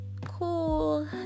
cool